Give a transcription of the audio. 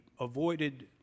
avoided